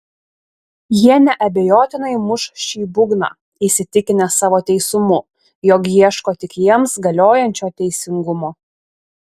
jie neabejotinai muš šį būgną įsitikinę savo teisumu jog ieško tik jiems galiojančio teisingumo